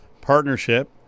partnership